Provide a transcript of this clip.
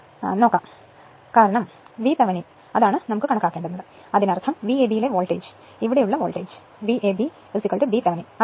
ഈ വശം ഇല്ലാത്തതിനാൽ ഇത് മറക്കുക കാരണം വി തെവനിൻ എന്താണ് എന്നാണ് നമുക്ക് കണക്കാക്കേണ്ടത് അതിനർത്ഥം v a b ലെ വോൾട്ടേജ് ഇവിടെയുള്ള voltage V a b b Thevenin